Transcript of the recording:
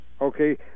Okay